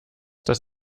das